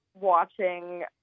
watching